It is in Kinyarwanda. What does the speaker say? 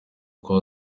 uko